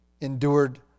endured